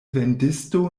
vendisto